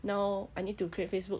now I need to create facebook